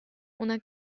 una